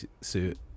suit